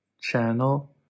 channel